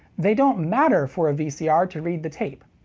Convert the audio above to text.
they don't matter for a vcr to read the tape.